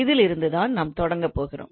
இதிலிருந்து தான் நாம் தொடங்கப் போகிறோம்